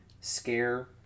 Scare